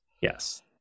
Yes